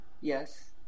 yes